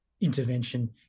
intervention